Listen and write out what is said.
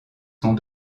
sont